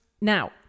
Now